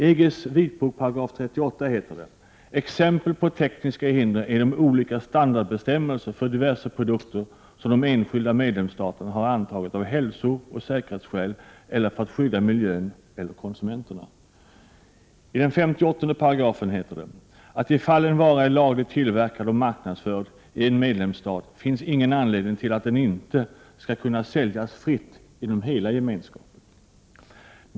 I § 13 heter det: ”Exempel på tekniska hinder är de olika standardbestämmelser för diverse produkter som de enskilda medlemsstaterna har antagit av hälsoeller säkerhetsskäl eller för att skydda miljön eller konsumenterna.” I § 58 heter det att ”i fall en vara är lagligt tillverkad och marknadsförd i en medlemsstat finns ingen anledning till att den inte skulle kunna säljas fritt inom hela Gemenskapen”.